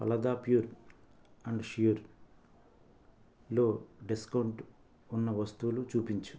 Phalada pure and ష్యూర్లో discount ఉన్న వస్తువులు చూపించు